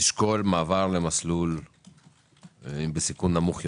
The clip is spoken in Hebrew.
תשקול מעבר למסלול בסיכון נמוך יותר.